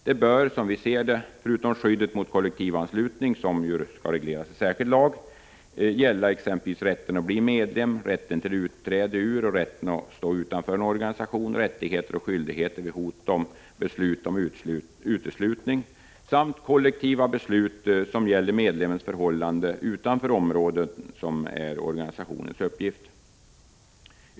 Som vi ser det bör reglerna förutom skyddet mot kollektivanslutning, som skall regleras i särskild lag, gälla exempelvis rätten att bli medlem i, rätten till utträde ur och rätten att stå utanför en organisation, rättigheter och skyldigheter vid hot om eller beslut om uteslutning samt kollektiva beslut avseende medlems förhållanden utanför områden som omfattas av organisationens uppgifter.